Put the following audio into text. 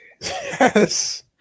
Yes